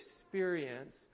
experience